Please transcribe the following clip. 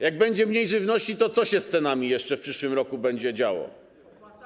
Jak będzie mniej żywności, to co się z cenami jeszcze w przyszłym roku będzie działo?